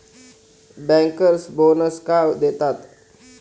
Bankers bonus का देतात?